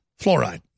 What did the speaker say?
fluoride